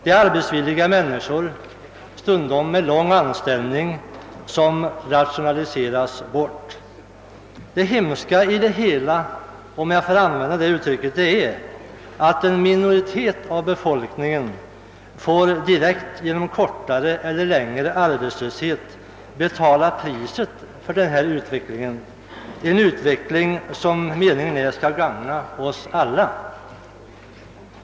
Det är arbetsvilliga människor — stundom med lång anställningstid — som rationaliseras bort. Det hemska i det hela — om jag får använda detta uttryck — är att en minoritet av befolkningen direkt, genom arbetslöshet av kortare eller längre varaktighet, får betala priset för en utveckling som det är meningen skall gagna oss alla.